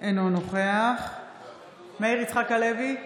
אינו נוכח מאיר יצחק הלוי,